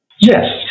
Yes